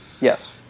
Yes